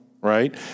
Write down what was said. right